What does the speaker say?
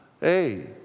hey